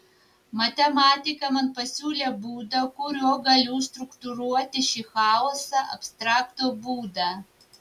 matematika man pasiūlė būdą kuriuo galiu struktūruoti šį chaosą abstraktų būdą